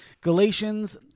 Galatians